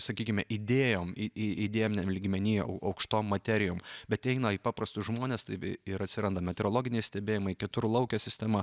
sakykime idėjom iiidėjiniam lygmenyje aukštom materijom bet eina į paprastus žmones taip ir atsiranda meteorologiniai stebėjimai keturlaukė sistema